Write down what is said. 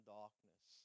darkness